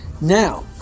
Now